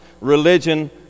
religion